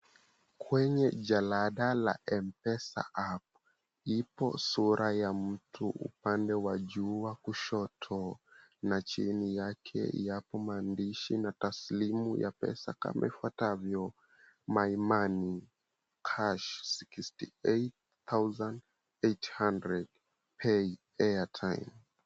Kwenye jalada la mpesa app ipo sura ya mtu upande wa juu wa kushoto na chini yake yapo maandishi na taslimu ya pesa kama ifuatavyo, My Money #68800 pay airtime.